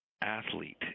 athlete